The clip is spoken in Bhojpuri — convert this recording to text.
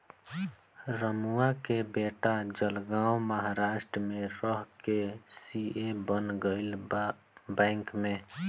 रमुआ के बेटा जलगांव महाराष्ट्र में रह के सी.ए बन गईल बा बैंक में